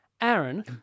Aaron